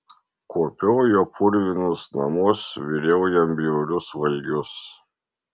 kuopiau jo purvinus namus viriau jam bjaurius valgius